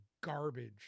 garbage